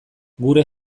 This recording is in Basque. gure